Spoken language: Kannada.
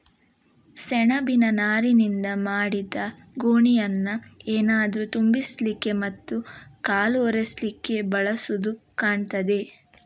ಸೆಣಬಿನ ನಾರಿನಿಂದ ಮಾಡಿದ ಗೋಣಿಯನ್ನ ಏನಾದ್ರೂ ತುಂಬಿಸ್ಲಿಕ್ಕೆ ಮತ್ತೆ ಕಾಲು ಒರೆಸ್ಲಿಕ್ಕೆ ಬಳಸುದು ಕಾಣ್ತದೆ